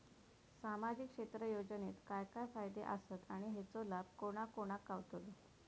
सामजिक क्षेत्र योजनेत काय काय फायदे आसत आणि हेचो लाभ कोणा कोणाक गावतलो?